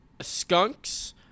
skunks